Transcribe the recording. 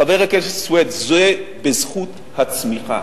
חבר הכנסת סוייד, זה בזכות הצמיחה.